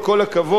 עם כל הכבוד,